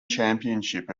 championship